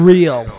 Real